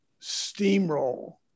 steamroll